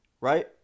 right